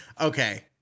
Okay